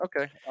Okay